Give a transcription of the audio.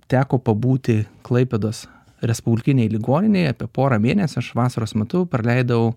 teko pabūti klaipėdos respublikinėje ligoninėje apie porą mėnesių aš vasaros metu praleidau